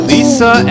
Lisa